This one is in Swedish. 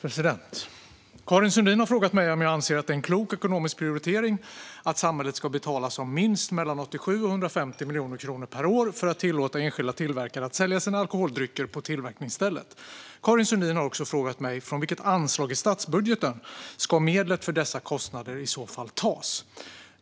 Fru ålderspresident! har frågat mig om jag anser att det är en klok ekonomisk prioritering att samhället ska betala som minst mellan 87 och 150 miljoner kronor per år för att tillåta enskilda tillverkare att sälja sina alkoholdrycker på tillverkningsstället. Karin Sundin har också frågat mig från vilket anslag i statsbudgeten medlen för dessa kostnader i så fall ska tas.